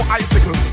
icicle